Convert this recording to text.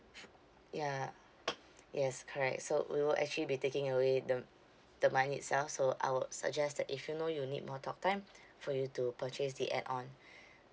ya yes correct so we will actually be taking away the the money itself so I would suggest that if you know you'll need more talk time for you to purchase the add on